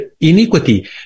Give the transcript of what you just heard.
iniquity